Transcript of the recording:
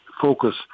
focus